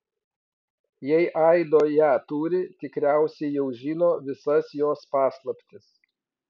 jei aido ją turi tikriausiai jau žino visas jos paslaptis